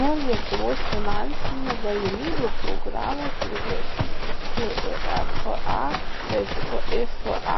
nuo lietuvos finansinių galimybių programos priklausys ir uefa bei fifa